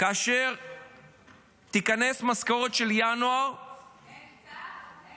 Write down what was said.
כאשר תיכנס המשכורת של ינואר --- אין שר?